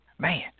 Man